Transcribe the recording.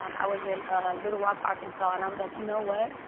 um i was in ah little rock arkansas, and i was like you know what,